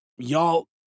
Y'all